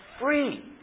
free